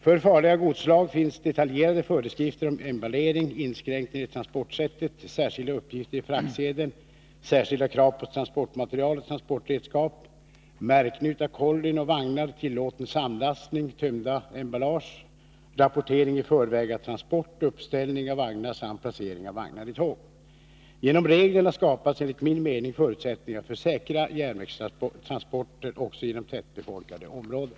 För farliga godsslag finns detaljerade föreskrifter om emballering, inskränkningar i transportsättet, särskilda uppgifter i fraktsedeln, särskilda krav på transportmateriel och transportredskap, märkning av kollin och vagnar, tillåten samlastning, tömda emballage, rapportering i förväg av transport, uppställning av vagnar samt placering av vagnar i tåg. Genom reglerna skapas enligt min mening förutsättningar för säkra järnvägstransporter också genom tättbefolkade områden.